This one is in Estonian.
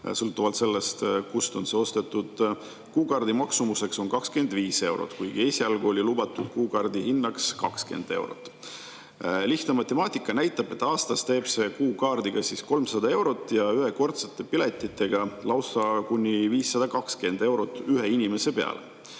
sõltuvalt sellest, kust see on ostetud. Kuukaardi maksumus on 25 eurot, kuigi esialgu lubati kuukaardi hinnaks 20 eurot. Lihtne matemaatika näitab, et aastas teeb see kuukaardiga sõites 300 eurot ja ühekordsete piletitega sõites lausa kuni 520 eurot ühe inimese peale.